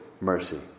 mercy